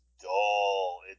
dull